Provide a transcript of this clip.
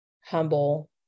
humble